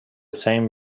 same